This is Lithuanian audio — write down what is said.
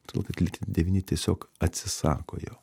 todėl kad likę devyni tiesiog atsisako jo